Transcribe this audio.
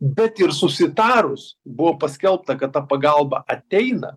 bet ir susitarus buvo paskelbta kad ta pagalba ateina